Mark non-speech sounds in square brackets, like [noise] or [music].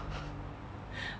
[breath]